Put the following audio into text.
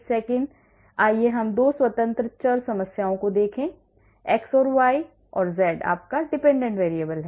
आइए हम 2 स्वतंत्र चर समस्याओं को देखें x और y और z आपका dependent variable है